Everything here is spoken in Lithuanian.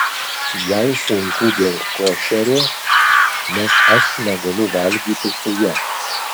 jai sunku dėl košerio nes aš negaliu valgyti su ja